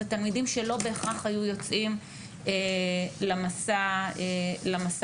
אלה תלמידים שלא בהכרח היו יוצאים למסע לפולין.